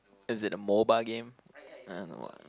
is it a mobile game